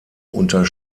unter